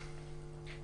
טוב.